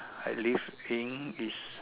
I living is